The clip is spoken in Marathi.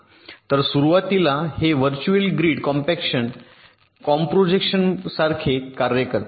तर सुरुवातीला हे व्हर्च्युअल ग्रिड कॉम्पॅक्शन कॉम्प्रोजेक्शनसारखे कार्य करते